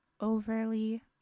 overly